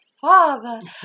father